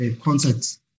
concepts